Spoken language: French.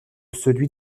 celui